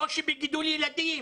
קושי בגידול ילדים,